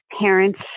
parents